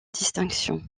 distinction